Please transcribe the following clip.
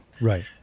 right